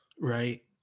Right